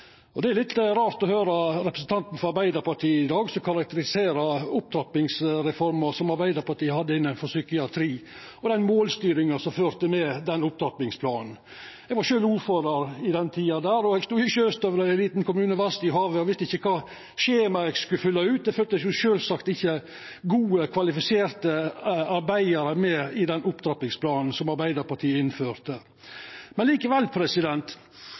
på. Det er litt rart å høyra representanten frå Arbeidarpartiet i dag som karakteriserer opptrappingsreforma som Arbeiderpartiet hadde innanfor psykiatri, og den målstyringa som følgde med den opptrappingsplanen. Eg var sjølv ordførar på den tida og stod i sjøstøvlar i ein liten kommune vest i havet og visste ikkje kva skjema eg skulle fylla ut. Det følgde sjølvsagt ikkje gode, kvalifiserte arbeidarar med i den opptrappingsplanen som Arbeidarpartiet innførte. Likevel,